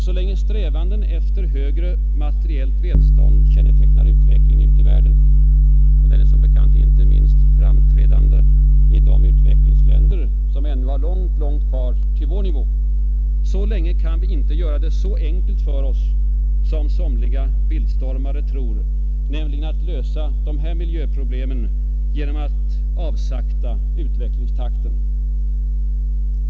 Så länge strävanden efter högre materiellt välstånd karakteriserar utvecklingen ute i världen — och den är som bekant inte minst framträdande i de utvecklingsländer som ännu har långt, långt kvar till vår nivå — så länge kan vi inte göra det så enkelt för oss som somliga bildstormare tror, nämligen att lösa dessa miljöproblem genom att avsakta utvecklingstakten.